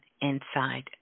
inside